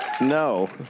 No